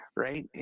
Right